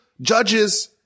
judges